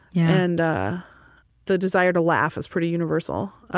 and the desire to laugh is pretty universal